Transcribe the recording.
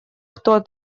кто